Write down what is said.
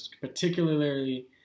particularly